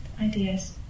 ideas